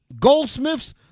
Goldsmiths